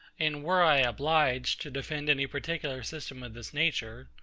and were i obliged to defend any particular system of this nature,